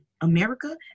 America